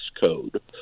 code